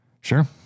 sure